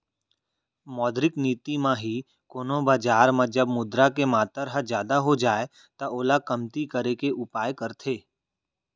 मौद्रिक नीति म ही कोनो बजार म जब मुद्रा के मातर ह जादा हो जाय त ओला कमती करे के उपाय करथे